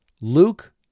Luke